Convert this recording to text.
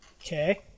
Okay